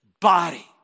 body